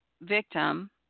victim